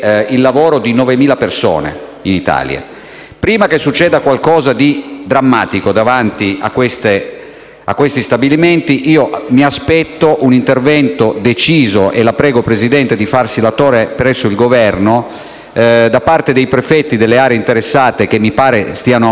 prima che accada qualcosa di drammatico davanti a questi stabilimenti, mi aspetto un intervento deciso - e la prego, signor Presidente, di farsi latore di questa richiesta presso il Governo - da parte dei prefetti delle aree interessate, che mi pare stiano aumentando e non diminuendo. Non è accettabile,